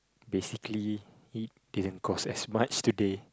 basically eat they didn't cause that much today